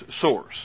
source